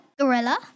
Gorilla